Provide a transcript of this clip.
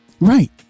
Right